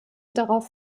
darauf